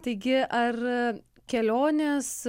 taigi ar kelionės